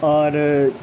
اور